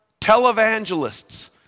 televangelists